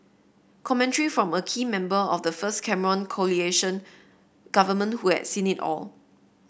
commentary from a key member of the first Cameron coalition government who at seen it all